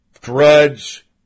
Drudge